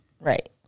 Right